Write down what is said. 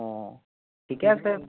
অঁ ঠিকে আছে